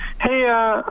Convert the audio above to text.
Hey